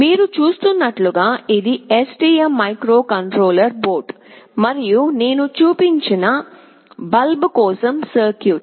మీరు చూస్తున్నట్లు గా ఇది STM మైక్రోకంట్రోలర్ బోర్డు మరియు నేను చూపించిన బల్బ్ కోసం సర్క్యూట్